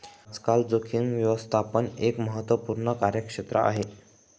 आजकाल जोखीम व्यवस्थापन एक महत्त्वपूर्ण कार्यक्षेत्र आहे